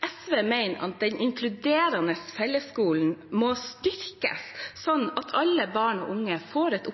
SV mener at den inkluderende fellesskolen må styrkes sånn at alle barn og unge får et